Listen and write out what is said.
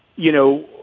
you know,